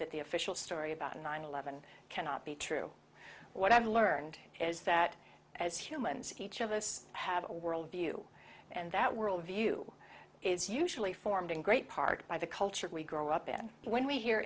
that the official story about nine eleven cannot be true what i've learned is that as humans each of us have a worldview and that worldview is usually formed in great part by the culture we grow up in when we hear